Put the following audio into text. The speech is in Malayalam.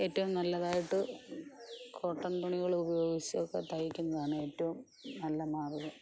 ഏറ്റവും നല്ലതായിട്ട് കോട്ടൻ തുണികൾ ഉപയോഗിച്ചൊക്കെ തയ്ക്കുന്നതാണ് ഏറ്റവും നല്ല മാർഗ്ഗം